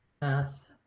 math